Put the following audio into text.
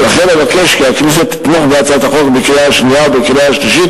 ולכן אבקש כי הכנסת תתמוך בהצעת החוק בקריאה השנייה ובקריאה השלישית